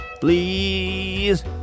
please